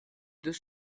deux